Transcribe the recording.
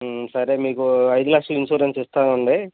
సరే మీకు ఐదు లక్షల ఇన్సూరెన్స్ ఇస్తామండి